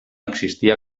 existia